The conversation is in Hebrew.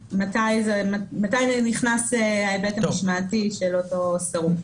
השאלה מתי נכנס ההיבט המשמעתי של אותו סירוב.